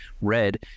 red